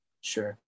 Sure